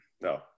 No